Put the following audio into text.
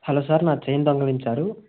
hello sir నా chain దొంగలించారు